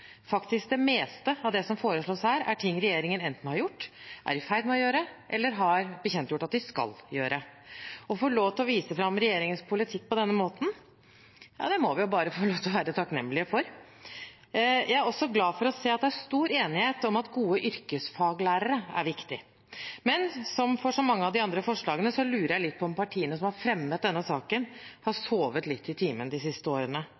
faktisk det meste, av det som foreslås her, er ting regjeringen enten har gjort, er i ferd med å gjøre, eller har bekjentgjort at den skal gjøre. Å få lov til å vise fram regjeringens politikk på denne måten må vi jo bare få lov til å være takknemlige for. Jeg er også glad for å se at det er stor enighet om at gode yrkesfaglærere er viktig. Men som for så mange andre av forslagene lurer jeg litt på om partiene som har fremmet denne saken, har sovet litt i timen de siste årene.